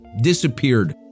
disappeared